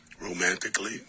romantically